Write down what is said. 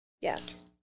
yes